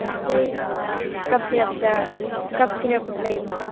ꯑꯇꯩ ꯀꯐ ꯁꯤꯔꯞꯇ cough syrup ꯂꯩꯕ꯭ꯔꯣ